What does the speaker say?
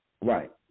Right